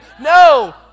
No